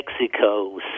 Mexico